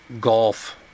golf